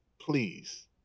Please